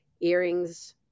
earrings